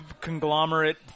conglomerate